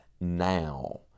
now